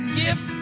gift